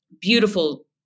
beautiful